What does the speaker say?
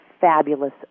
fabulous